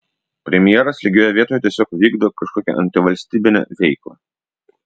premjeras lygioje vietoj tiesiog vykdo kažkokią antivalstybinę veiklą